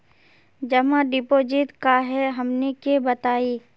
जमा डिपोजिट का हे हमनी के बताई?